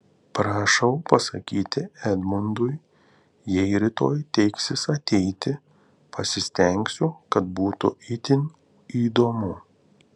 prašau pasakyti edmundui jei rytoj teiksis ateiti pasistengsiu kad būtų itin įdomu